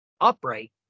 upright